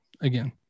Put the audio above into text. again